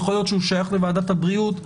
יכול להיות שהוא שייך לוועדת הבריאות.